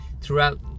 throughout